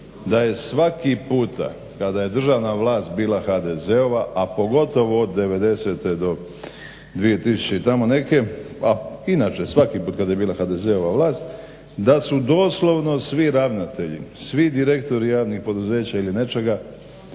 da je svaki puta kada je državna vlast bila HDZ-ova a pogotovo od 90.-2000. i tamo neke a inače svaki put kad je bila HDZ-ova vlast da su doslovno svi ravnatelji, svi direktori javnih poduzeća ili nečega